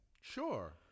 Sure